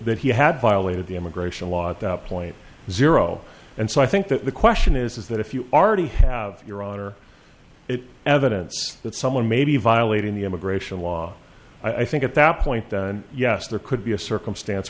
that he had violated the immigration law at that point zero and so i think that the question is that if you are to have your honor it evidence that someone may be violating the immigration law i think at that point yes there could be a circumstance